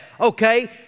okay